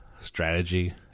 strategy